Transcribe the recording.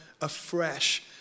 afresh